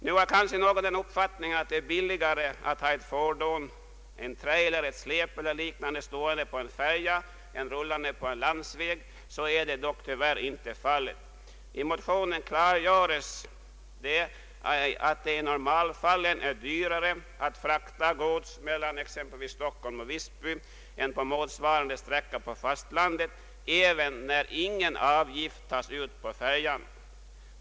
Någon har kanske den uppfattningen att det är billigare att ha ett fordon — en trailer, ett släp eller liknande — stående på en färja än rullande på en landsväg. Så är dock tyvärr inte fallet. I motionerna klargöres att det i normalfallen är dyrare att frakta gods mellan exempelvis Stockholm och Visby än på motsvarande sträcka på fastlandet, även när ingen avgift tas ut på färjan.